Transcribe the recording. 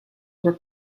were